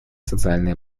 социальные